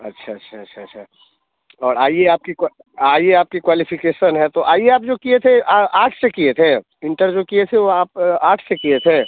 अच्छा अच्छा अच्छा अच्छा और आई ए आपकी आई ए आपकी क्वालिफिकेसन है तो आई ए आप जो किए थे आर्ट्स से किए थें इंटर जो किए थे वो आप आर्ट से किए थे